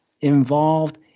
involved